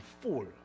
full